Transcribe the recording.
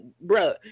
bro